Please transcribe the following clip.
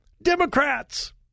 Democrats